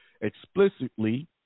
explicitly